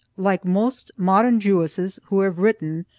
like most modern jewesses who have written,